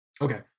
Okay